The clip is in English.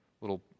little